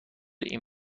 این